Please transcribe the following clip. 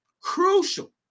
crucial